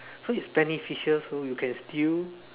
so it is beneficial so you can still